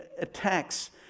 attacks